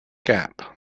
gap